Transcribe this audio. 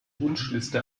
wunschliste